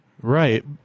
Right